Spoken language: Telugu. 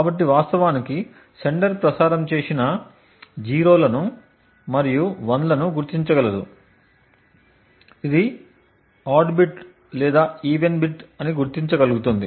కాబట్టి వాస్తవానికి సెండర్ ప్రసారం చేసిన 0 లను మరియు 1 లను గుర్తించగలుగుతుంది ఇది ఆడ్ బిట్ లేదా ఈవెన్ బిట్ అని గుర్తించగలుగుతుంది